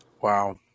Wow